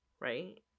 right